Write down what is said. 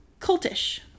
Cultish